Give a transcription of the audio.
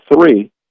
three